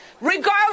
regardless